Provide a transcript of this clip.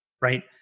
right